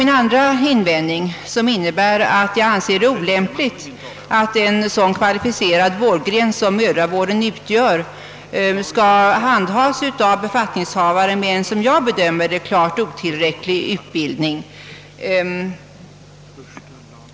Min andra invändning gäller att jag anser det olämpligt att en så kvalificerad vårdgren som mödravården handhaves av befattningshavare med en, som jag bedömer det klart, otillräcklig utbildning.